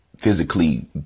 physically